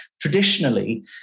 traditionally